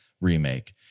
remake